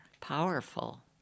Powerful